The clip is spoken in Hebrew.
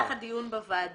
לגופו של